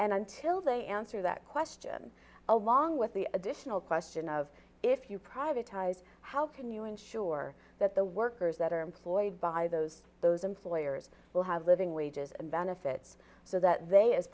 and until they answer that question along with the additional question of if you privatized how can you ensure that the workers that are employed by those those employers will have living wages and benefits so that